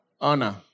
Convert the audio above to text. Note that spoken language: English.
honor